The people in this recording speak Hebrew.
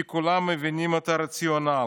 כי כולם מבינים את הרציונל".